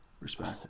Respect